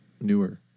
newer